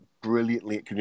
brilliantly